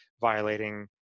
violating